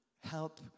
help